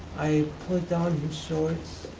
i put down his shorts,